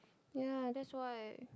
ya that's why